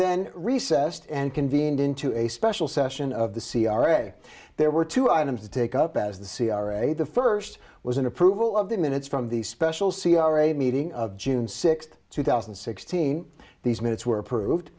then recessed and convened into a special session of the c r a there were two items to take up as the c r a the first was an approval of the minutes from the special c r a meeting of june sixth two thousand and sixteen these minutes were approved